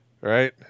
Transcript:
right